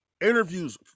interviews